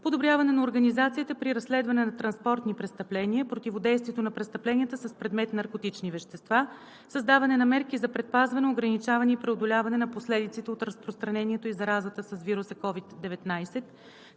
подобряване на организацията при разследване на транспортни престъпления; противодействието на престъпленията с предмет наркотични вещества; създаване на мерки за предпазване, ограничаване и преодоляване на последиците от разпространението и заразата с вируса СОVID-19,